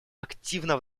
активно